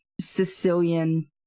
Sicilian